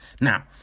Now